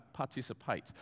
participate